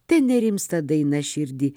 te nerimsta daina širdį